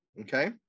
okay